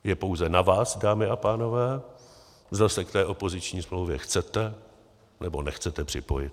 Je pouze na vás, dámy a pánové, zda se k té opoziční smlouvě chcete, nebo nechcete připojit.